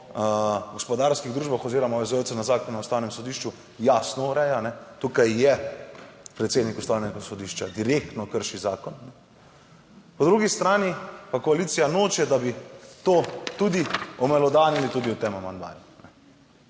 o gospodarskih družbah oziroma po vzorcu na Zakon o Ustavnem sodišču jasno ureja. Tukaj je predsednik Ustavnega sodišča, direktno krši zakon. Po drugi strani pa koalicija noče, da bi to tudi obelodanili tudi v tem amandmaju.